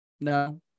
no